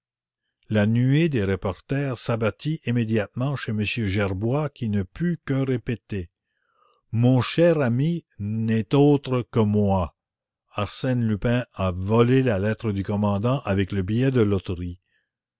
la nuée des reporters s'abattit immédiatement chez m gerbois qui ne put que répéter mon cher ami n'est autre que moi arsène lupin a volé la lettre avec le billet